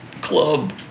Club